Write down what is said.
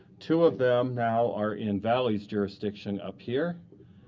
two of them now are in valleys jurisdiction up here.